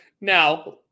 Now